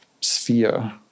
sphere